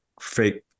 fake